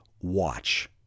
watch